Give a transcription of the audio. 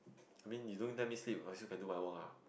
I mean you don't let me sleep I also can do my work lah